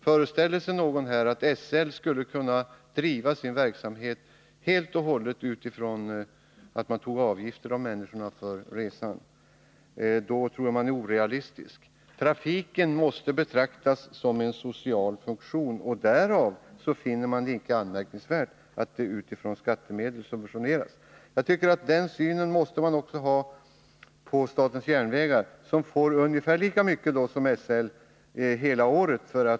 Föreställer sig någon här att SL skulle kunna finansiera sin verksamhet helt och hållet genom att ta upp avgifter för resorna, tror jag att man är orealistisk. Trafiken måste betraktas som en social funktion. Därför är det icke anmärkningsvärt att den subventioneras med skattemedel. Jag tycker att man måste ha den synen också på statens järnvägar, som för investeringar får ungefär lika mycket som SL för hela verksamheten.